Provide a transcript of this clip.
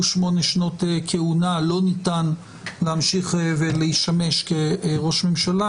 שמונה שנות כהונה לא ניתן להמשיך ולשמש כראש ממשלה.